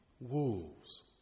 Wolves